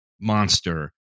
Monster